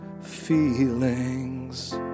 feelings